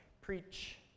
preach